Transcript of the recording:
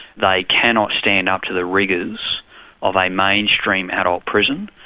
they cannot stand up to the rigours of a mainstream adult prison,